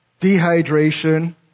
dehydration